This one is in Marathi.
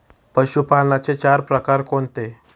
पशुपालनाचे चार प्रकार कोणते?